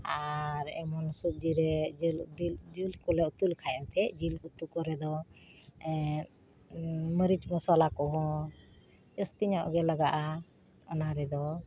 ᱟᱨ ᱮᱢᱚᱱ ᱥᱚᱵᱡᱤ ᱨᱮ ᱡᱤᱞ ᱠᱚᱞᱮ ᱩᱛᱩ ᱞᱮᱠᱷᱟᱡ ᱮᱱᱛᱮᱫ ᱡᱤᱞ ᱩᱛᱩ ᱠᱚᱨᱮ ᱫᱚ ᱢᱟᱹᱨᱤᱪ ᱢᱚᱥᱚᱞᱟ ᱠᱚᱦᱚᱸ ᱡᱟᱹᱥᱛᱤ ᱧᱚᱜ ᱜᱮ ᱞᱟᱜᱟᱜᱼᱟ ᱚᱱᱟ ᱨᱮᱫᱚ